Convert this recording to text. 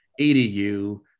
EDU